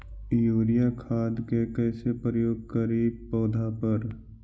Urea खाद के कैसे प्रयोग करि पौधा पर?